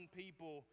people